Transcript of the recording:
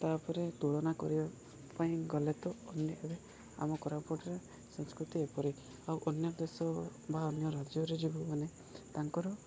ତା'ପରେ ତୁଳନା କରିବା ପାଇଁ ଗଲେ ତ ଅନ୍ୟ ଏବେ ଆମ କୋରାପୁଟରେ ସଂସ୍କୃତି ଏପରି ଆଉ ଅନ୍ୟ ଦେଶ ବା ଅନ୍ୟ ରାଜ୍ୟରେ ଯିବୁ ମାନେ ତାଙ୍କର